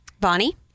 Bonnie